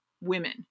women